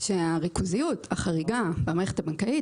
שהריכוזיות החריגה במערכת הבנקאית